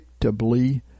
predictably